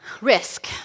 Risk